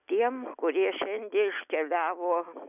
tiem kurie šiandie iškeliavo